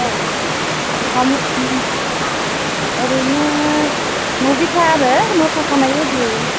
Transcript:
औ ओरैनो न'बिथा आरो न' थाखानाय बायदि